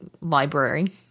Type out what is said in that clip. library